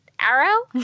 Arrow